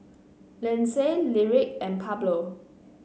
Lindsay Lyric and Pablo